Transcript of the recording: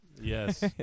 Yes